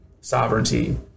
sovereignty